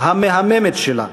המהממת שלה,